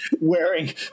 wearing